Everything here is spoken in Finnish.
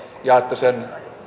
ja että sen